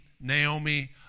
Naomi